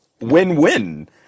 win-win